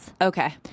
Okay